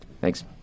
thanks